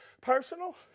personal